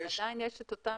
אדוני,